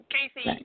Casey